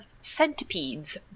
centipedes